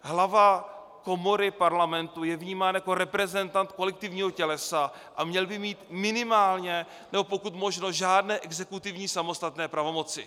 Hlava komory parlamentu je vnímána jako reprezentant kolektivního tělesa a měla by mít minimálně, nebo pokud možno žádné exekutivní samostatné pravomoci.